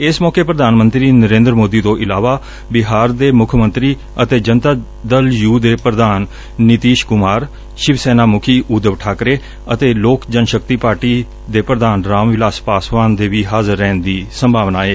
ਇਸ ਮੌਕੇ ਪ੍ਧਾਨ ਮੰਤਰੀ ਨਰੇਂਦਰ ਮੌਦੀ ਤੋਂ ਇਲਾਵਾ ਬਿਹਾਰ ਦੇ ਮੁੱਖ ਮੰਤਰੀ ਅਤੇ ਜਨਤਾ ਦਲ ਯੁ ਦੇ ਪ੍ਧਾਨ ਸਤੀਸ਼ ਕੁਮਾਰ ਸ਼ਿਵ ਸੈਨਾ ਮੁੱਖੀ ਉਧਣ ਠਾਕਰੇ ਅਤੇ ਪ੍ਰੋਕਜਨਸਕਤੀ ਪਾਰਟੀ ਪ੍ਰਧਾਨ ਰਾਮ ਵਿਲਾਸੇ ਪਾਸਵਾਨ ਦੇ ਵੀ ਹਾਜ਼ਰ ਰਹਿਣ ਦੀ ਸੰਭਾਵਨਾ ਏ